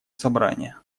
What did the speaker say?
собрания